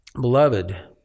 Beloved